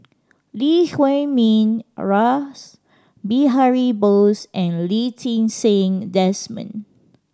Lee Huei Min Rash Behari Bose and Lee Ti Seng Desmond